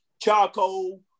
charcoal